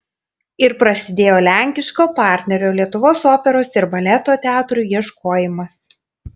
ir prasidėjo lenkiško partnerio lietuvos operos ir baleto teatrui ieškojimas